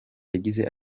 yagize